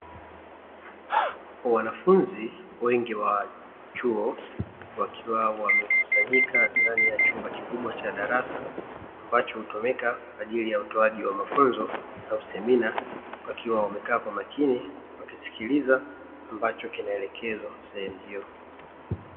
Wanafunzi wengi wa chuo wakiwa wamekusanyika ndani ya chumba kikubwa cha darasa ambacho hutumika kwa ajili ya utoaji wa mafunzo au semina, wakiwa wamekaa kwa makini wakisikiliza ambacho kinaelekezwa sehemu hiyo.